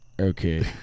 Okay